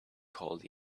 called